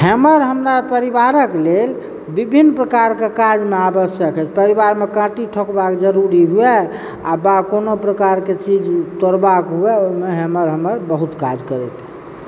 hammer हमरा परिवारक लेल विभिन्न प्रकारकऽ काजमे आवश्यक अछि परिवारमे काँटी ठोकबाक जरूरी हुए आ बा कोनो प्रकारकऽ चीज तोड़बाक हुए ओहिमे हैमर हमर बहुत काज करैत य